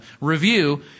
Review